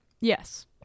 Yes